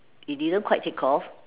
it didn't quite take off